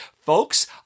folks